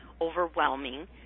overwhelming